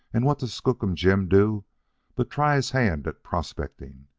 and what does skookum jim do but try his hand at prospecting.